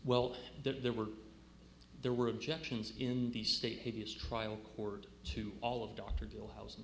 well that there were there were objections in the state hideous trial court to all of dr deal house